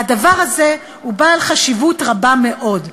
והדבר הזה הוא בעל חשיבות רבה מאוד.